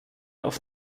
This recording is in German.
auf